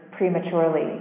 Prematurely